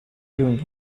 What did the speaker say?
doing